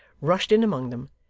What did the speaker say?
rushed in among them,